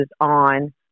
on